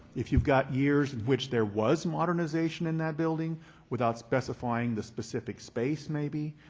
if you've got years in which there was modernization in that building without specifying the specific space maybe,